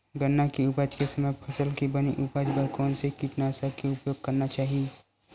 गन्ना के उपज के समय फसल के बने उपज बर कोन से कीटनाशक के उपयोग करना चाहि?